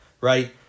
Right